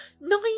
Nine